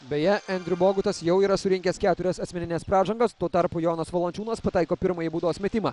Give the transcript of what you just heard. beje endriu bogutas jau yra surinkęs keturias asmenines pražangas tuo tarpu jonas valančiūnas pataiko pirmąjį baudos metimą